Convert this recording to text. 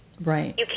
Right